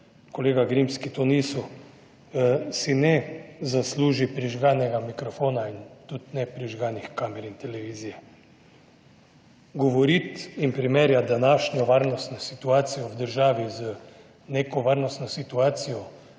kolega Grims, ki to niso. Si ne zasluži prižganega mikrofona in tudi ne prižganih kamer in televizije. Govoriti in primerjati današnjo varnostno situacijo v državi z neko varnostno situacijo